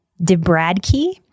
DeBradkey